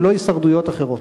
ולא הישרדויות אחרות.